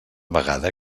vegada